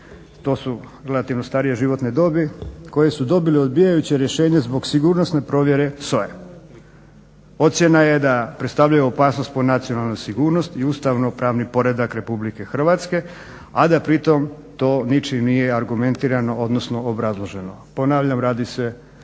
to su relativno starije životne dobi koje su dobile odbijajuće rješenje zbog sigurnosne provjere SOA-e. Ocjena je da predstavljaju opasnost po nacionalnu sigurnost i ustavnopravni poredak Republike Hrvatske, a da pritom to ničim nije argumentirano odnosno obrazloženo. Ponavljam, radi se